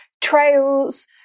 trails